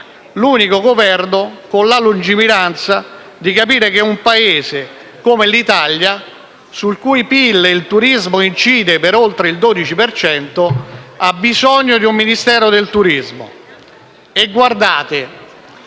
l'unico Governo con la lungimiranza di capire che un Paese come l'Italia, sul cui PIL il turismo incide per oltre il 12 per cento, ha bisogno di un Ministero del turismo. E guardate,